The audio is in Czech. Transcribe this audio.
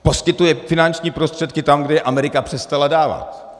Poskytuje finanční prostředky tam, kde je Amerika přestala dávat.